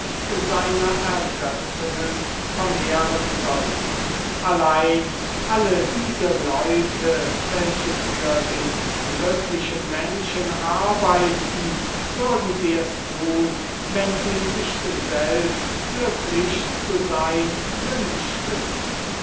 seiner ergötzungen vermehren sollen allein alle diese leute welche für den glücklichen menschen arbeiten würden es nicht tun wenn sie nicht selbst glücklich zu sein wünschten